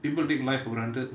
people take life for granted